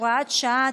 הוראת שעה),